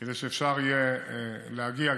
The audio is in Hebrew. כדי שאפשר יהיה להגיע,